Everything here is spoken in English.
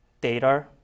data